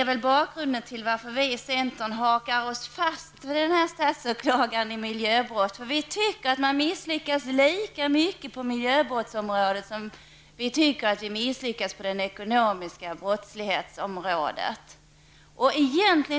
Det är därför som vi i centern hakar oss fast vid reservationen om en statsåklagare för miljöbrott. Man misslyckas lika mycket med miljöbrottsligheten som med den ekonomiska brottsligheten. Detta